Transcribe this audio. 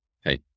hey